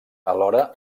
alhora